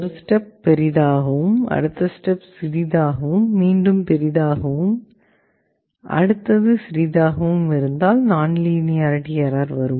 ஒரு ஸ்டெப் பெரிதாகவும் அடுத்த ஸ்டெப் சிறிதாகவும் மீண்டும் பெரிதாகவும் அடுத்தது சிறிதாகவும் இருந்தால் நான்லீனியாரிட்டி எர்ரர் வரும்